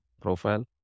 profile